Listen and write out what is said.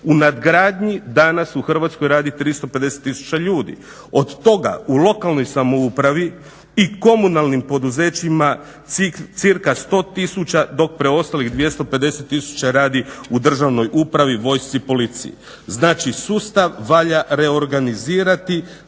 U nadgradnji danas u Hrvatskoj radi 350 000 ljudi, od toga u lokalnoj samoupravi i komunalnim poduzećima cca 100 000 dok preostalih 250 000 radi u državnoj upravi, vojsci, policiji. Znači sustav valja reorganizirati,